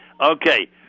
Okay